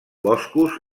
boscos